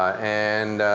and